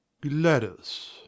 Gladys